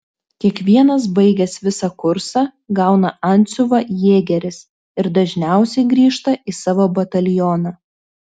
kiekvienas baigęs visą kursą gauna antsiuvą jėgeris ir dažniausiai grįžta į savo batalioną